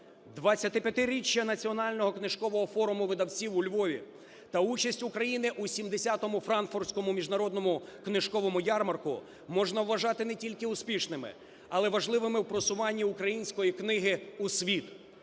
25-річчя Національного книжкового форуму видавців у Львові та участь України у 70-му Франкфуртському міжнародному книжковому ярмарку можна вважати не тільки успішними, але важливими у просуванні української книги у світ.